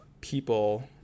people